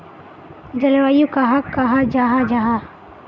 जलवायु कहाक कहाँ जाहा जाहा?